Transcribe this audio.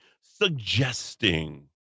suggesting